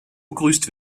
begrüßt